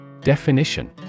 Definition